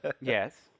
Yes